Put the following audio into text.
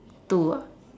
two ah